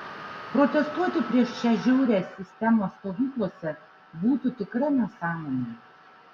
protestuoti prieš šią žiaurią sistemą stovyklose būtų tikra nesąmonė